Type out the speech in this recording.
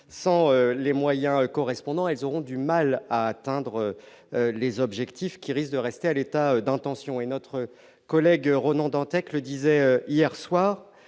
sans les moyens correspondants, elles auront du mal à atteindre les objectifs qui risque de rester à l'état d'intention et notre collègue Ronan Dantec, le disait hier soir